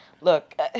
Look